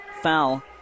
foul